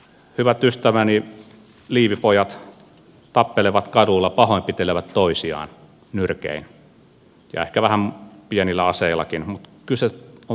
hyvät ystäväni liivipojat tappelevat kadulla pahoinpitelevät toisiaan nyrkein ja ehkä vähän pienillä aseillakin mutta kyse on vain pahoinpitelystä